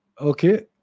Okay